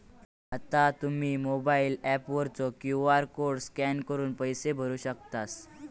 आता तुम्ही mobile app वरचो क्यू.आर कोड स्कॅन करून पैसे भरू शकतास